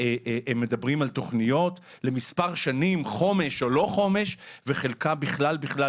אני הגשר והשולחן העגול, אז כל דבר כזה